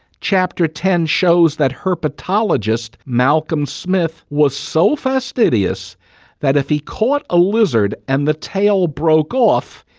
chapter ten shows that herpetologist, malcolm smith, was so fastidious that, if he caught a lizard and the tail broke off,